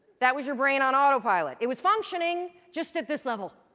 that was your brain on autopilot. it was functioning just at this level.